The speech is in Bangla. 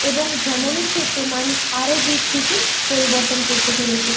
এবং ভ্রমণের ক্ষেত্রে মানুষ আরও দিক দিকে পরিবর্তন করতে পেরেছে